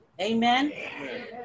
Amen